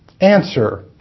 Answer